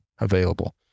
available